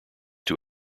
two